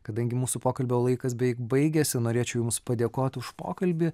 kadangi mūsų pokalbio laikas beveik baigėsi norėčiau jums padėkot už pokalbį